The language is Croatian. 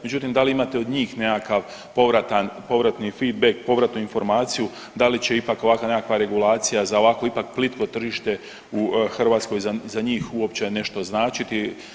Međutim, da li imate od njih nekakav povratan, povratni feedback, povratnu informaciju, da li će ipak ovakva nekakva regulacija, za ovako ipak plitko tržište u Hrvatskoj za njih uopće nešto značiti.